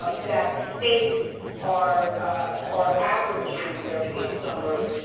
that states are are averaging their case numbers,